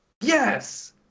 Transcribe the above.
Yes